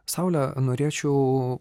saule norėčiau